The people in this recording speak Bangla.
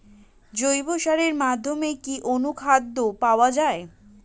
জৈব সারের মধ্যে কি অনুখাদ্য পাওয়া যায়?